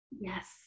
Yes